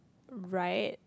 right